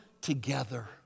together